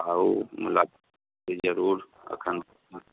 आओर मिलत जरूर तखन